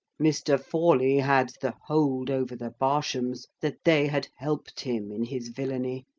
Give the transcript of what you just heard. mr. forley had the hold over the barshams, that they had helped him in his villany,